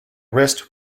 wrist